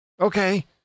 Okay